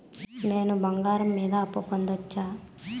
నేను బంగారం మీద అప్పు పొందొచ్చా?